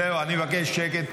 זהו, אני מבקש שקט.